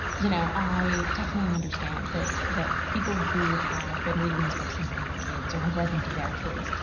you know, i definitely understand that that people who have been reading these books since they were kids, or have read them to their kids,